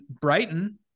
Brighton